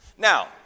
Now